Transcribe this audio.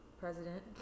President